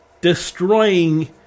destroying